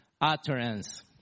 utterance